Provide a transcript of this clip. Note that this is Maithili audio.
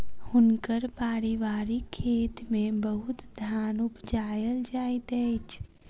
हुनकर पारिवारिक खेत में बहुत धान उपजायल जाइत अछि